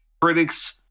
critics